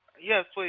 yes, please.